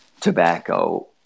tobacco